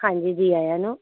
ਹਾਂਜੀ ਜੀ ਆਇਆਂ ਨੂੰ